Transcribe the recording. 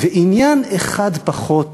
ועניין אחד פחות